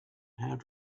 have